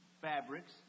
fabrics